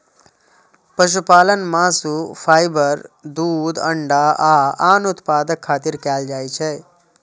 पशुपालन मासु, फाइबर, दूध, अंडा आ आन उत्पादक खातिर कैल जाइ छै